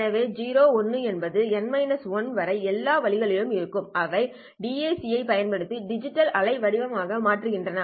எனவே 0 1 என்பது n 1 வரை எல்லா வழிகளிலும் இருக்கும் இவை DAC ஐப் பயன்படுத்தி டிஜிட்டல் அலைவடிவமாக மாற்றப்படுகின்றன